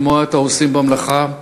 לשמוע את העושים במלאכה,